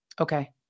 Okay